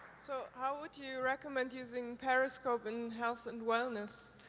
so, how would you recommend using periscope in health and wellness?